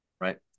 Right